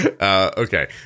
Okay